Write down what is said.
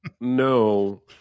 no